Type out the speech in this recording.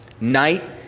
Night